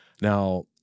now